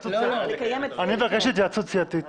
אני מבקש התייעצות סיעתית.